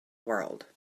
world